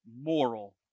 moral